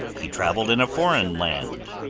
he'd traveled in a foreign land.